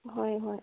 ꯍꯣꯏ ꯍꯣꯏ